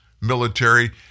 military